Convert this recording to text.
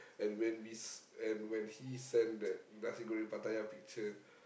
and when we s~ and when he sent that nasi-goreng-Pattaya picture